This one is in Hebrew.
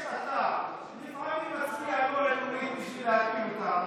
יש שאתה לפעמים מצביע לא עקרונית בשביל להפיל אותם,